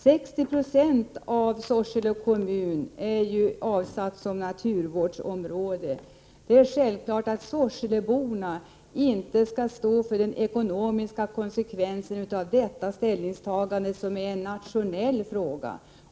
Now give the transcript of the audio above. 60 96 av Sorsele kommun är avsatt som naturvårdsområde. Det är självklart att Sorseleborna inte skall stå för den ekonomiska konsekvensen av detta ställningstagande som är en nationell fråga.